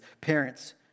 parents